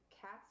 cats